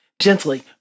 gently